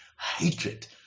hatred